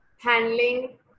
Handling